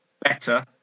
better